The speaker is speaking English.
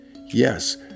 Yes